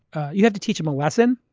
you have to teach him a lesson